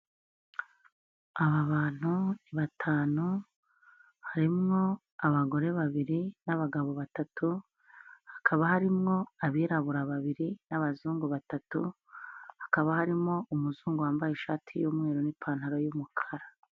Aba bantu ni batanu, harimo abagore babiri n'abagabo batatu, hakaba harimwo abirabura babiri n'abazungu batatu, hakaba harimo umuzungu wambaye ishati y'umweru n'ipantaro y'umukara.